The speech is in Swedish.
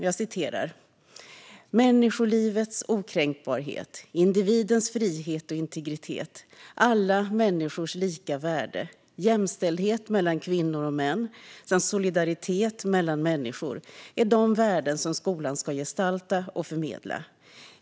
Jag citerar ur läroplanen: "Människolivets okränkbarhet, individens frihet och integritet, alla människors lika värde, jämställdhet mellan kvinnor och män samt solidaritet mellan människor är de värden som skolan ska gestalta och förmedla.